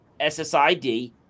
ssid